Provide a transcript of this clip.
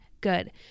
good